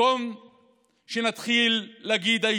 במקום שנתחיל להגיד: אנחנו מכניסים את